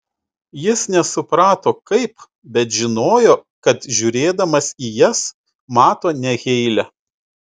jis nesuprato kaip bet žinojo kad žiūrėdamas į jas mato ne heilę